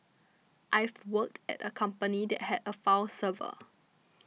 I've worked at a company that had a file server